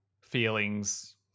feelings